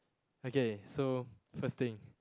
okay so first thing